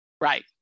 right